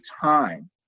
time